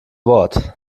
wort